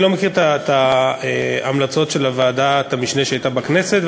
אני לא מכיר את ההמלצות של ועדת המשנה שהייתה בכנסת,